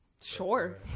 sure